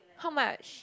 how much